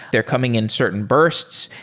they're coming in certain bursts.